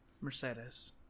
Mercedes